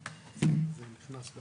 שהתהליך שאני עברתי,